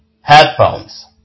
Headphones